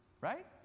Right